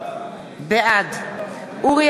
בעד אורי